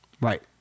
Right